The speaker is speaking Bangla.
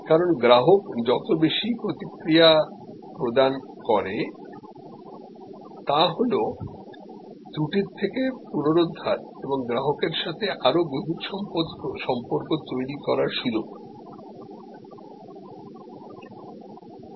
কারণ গ্রাহক যত বেশি প্রতিক্রিয়া প্রদান করে তা হল ত্রুটি থেকে পুনরুদ্ধার এবং গ্রাহকের সাথে আরও গভীর সম্পর্ক তৈরি করার সুযোগ